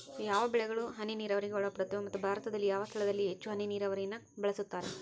ಯಾವ ಬೆಳೆಗಳು ಹನಿ ನೇರಾವರಿಗೆ ಒಳಪಡುತ್ತವೆ ಮತ್ತು ಭಾರತದಲ್ಲಿ ಯಾವ ಸ್ಥಳದಲ್ಲಿ ಹೆಚ್ಚು ಹನಿ ನೇರಾವರಿಯನ್ನು ಬಳಸುತ್ತಾರೆ?